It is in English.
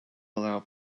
allow